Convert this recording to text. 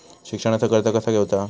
शिक्षणाचा कर्ज कसा घेऊचा हा?